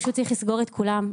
פשוט צריך לסגור את כולם.